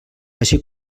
així